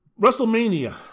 WrestleMania